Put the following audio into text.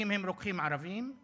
מהרוקחים הם רוקחים ערבים.